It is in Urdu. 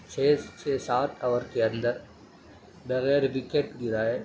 چھیز چھ سات اوور کے اندر بغیر وکٹ گرائے